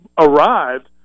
arrived